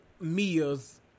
Mia's